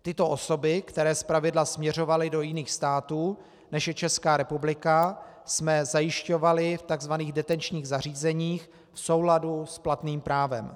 Tyto osoby, které zpravidla směřovaly do jiných států, než je Česká republika, jsme zajišťovali v takzvaných detenčních zařízeních v souladu s platným právem.